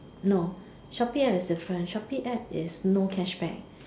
no Shopee App is different Shopee App is no cashback